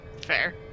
Fair